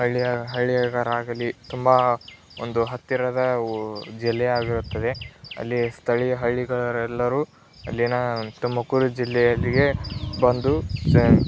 ಹಳ್ಳಿ ಹಳ್ಳಿಗರಾಗಲಿ ತುಂಬ ಒಂದು ಹತ್ತಿರದ ಊ ಜಿಲ್ಲೆಯಾಗಿರುತ್ತದೆ ಅಲ್ಲಿಯ ಸ್ಥಳೀಯ ಹಳ್ಳಿಗರೆಲ್ಲರೂ ಅಲ್ಲಿನ ತುಮಕೂರು ಜಿಲ್ಲೆಯಲ್ಲಿಗೆ ಬಂದು